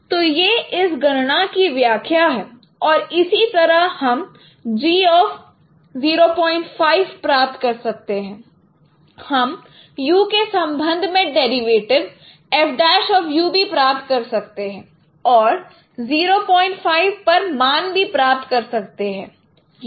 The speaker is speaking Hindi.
तो यह इस गणना की व्याख्या है और इसी तरह हम G05 प्राप्त कर सकते हैं हम u के संबंध में डेरिवेटिव F' भी प्राप्त कर सकते हैं और 05 पर मान भी प्राप्त कर सकते हैं